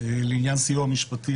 לעניין סיוע משפטי,